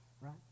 right